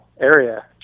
area